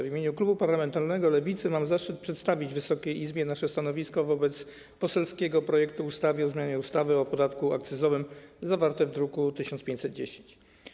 W imieniu klubu parlamentarnego Lewicy mam zaszczyt przedstawić Wysokiej Izbie nasze stanowisko wobec poselskiego projektu ustawy o zmianie ustawy o podatku akcyzowym zawarte w druku nr 1510.